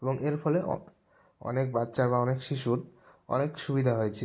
এবং এর ফলে অনেক বাচ্চা বা অনেক শিশু অনেক সুবিধা হয়েছে